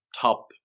top